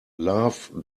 love